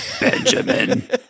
Benjamin